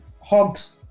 hogs